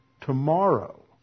tomorrow